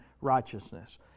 righteousness